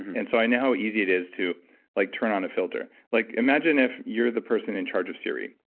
and so i know how easy it is to like turn on a filter. like imagine if you're the person in charge of siri.